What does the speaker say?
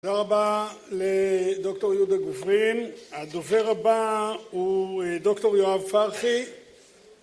תודה רבה לדוקטור יהודה גופרין, הדובר הבא הוא דוקטור יואב פרחי